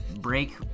break